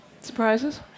Surprises